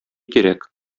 кирәк